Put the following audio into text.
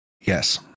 Yes